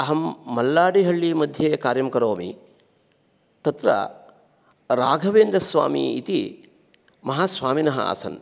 अहं मल्लाडिहल्ली मध्ये कार्यं करोमि तत्र राघवेन्द्रस्वामी इति महास्वामिनः आसन्